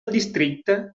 districte